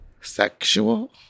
Sexual